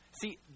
See